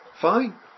fine